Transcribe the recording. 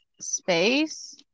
space